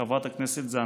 חברת הכנסת זנדברג.